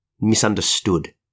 misunderstood